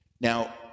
Now